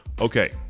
Okay